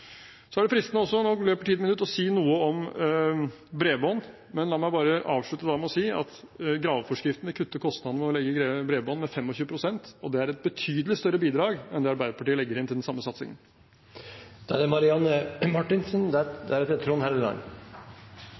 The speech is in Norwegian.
Så er det også fristende – nå løper tiden ut – å si noe om bredbånd. La meg bare avslutte med å si at graveforskriften kutter kostnadene med å legge bredbånd med 25 pst., og det er et betydelig større bidrag enn det Arbeiderpartiet legger inn til den samme satsingen. Det er